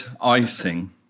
icing